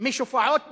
משופעות בכל,